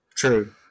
True